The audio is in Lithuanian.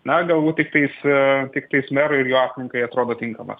na galbūt tiktais tiktais merui ir jo aplinkai atrodo tinkamas